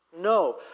No